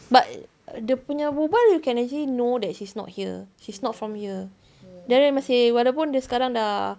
but dia punya berbual you can actually know that she's not here she's not from here dia ada masih walaupun dia sekarang dah